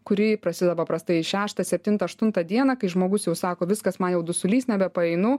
kūri prasideda paprastai šeštą septintą aštuntą dieną kai žmogus jau sako viskas man jau dusulys nebepaeinu